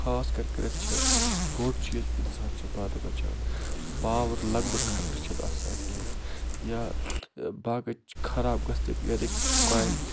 خاص کر کٔرِتھ چھِ بوٚڑ چیٖز اِنسانَس چھِ بانہٕ بچان پاوَر لَگنُک خطرٕ چھُنہٕ آسان کیٚنہہ یا باقٕے خراب گژھُن یعنی کہ کویِل